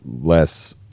less